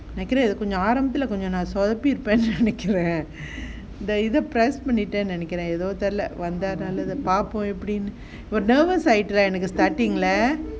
இப்ப ஆரம்பத்திலேயே கொஞ்சம் நான் சொதப்பிட்டேன் வச்சுக்கோயே எதோ:ippa aarambathilaye konjam naan sothappitten vachukoye etho press பண்ணிட்டேன் நினைக்குறேன் எதோ தெரில பாப்போம் எப்படின்னு:panniten ninaikuren etho therila atha paapom eppadinnu nervous ஆயிட்டேன்:aayiten starting leh